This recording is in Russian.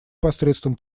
посредством